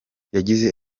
yagize